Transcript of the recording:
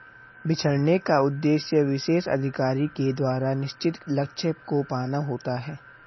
बिछड़ने का उद्देश्य विशेष अधिकारी के द्वारा निश्चित लक्ष्य को पाना होता है